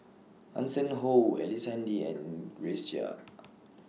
Hanson Ho Ellice Handy and Grace Chia